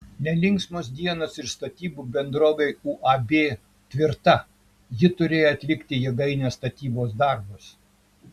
nelinksmos dienos ir statybų bendrovei uab tvirta ji turėjo atlikti jėgainės statybos darbus